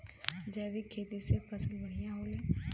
जैविक खेती से फसल बढ़िया होले